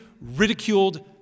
ridiculed